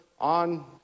on